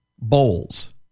Bowls